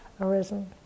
arisen